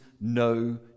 no